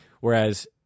whereas